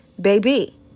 baby